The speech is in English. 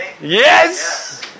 Yes